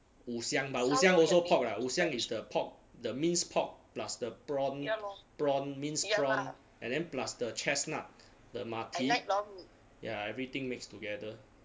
五香 but 五香 also pork lah 五香 is the pork the minced pork plus the prawn prawn minced prawn and then plus the chestnut the 马蹄 ya everything mix together